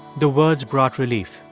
the words brought relief.